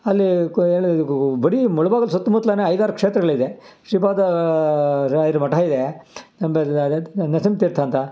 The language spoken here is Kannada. ಅಲ್ಲಿ ಬರೀ ಮುಳಬಾಗಿಲು ಸುತ್ತಮುತ್ಲಾನೇ ಐದಾರು ಕ್ಷೇತ್ರಗಳಿದೆ ಶ್ರೀಪಾದ ರಾಯರ ಮಠ ಇದೆ ನರ್ಸಿಂಹ ತೀರ್ಥ ಅಂತ